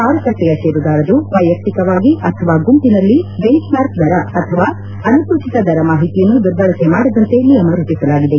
ಮಾರುಕಟ್ಲೆಯ ಷೇರುದಾರರು ವ್ವೆಯಕ್ಕಿಕವಾಗಿ ಅಥವಾ ಗುಂಪಿನಲ್ಲಿ ದೆಂಚ್ಮಾರ್ಕ್ ದರ ಅಥವಾ ಅನುಸೂಚಿತ ದರ ಮಾಹಿತಿಯನ್ನು ದುರ್ಬಳಕೆ ಮಾಡದಂತೆ ನಿಯಮ ರೂಪಿಸಲಾಗಿದೆ